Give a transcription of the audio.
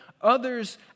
others